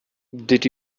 did